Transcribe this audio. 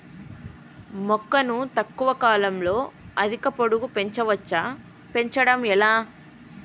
మొక్కను తక్కువ కాలంలో అధిక పొడుగు పెంచవచ్చా పెంచడం ఎలా?